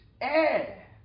air